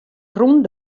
rûn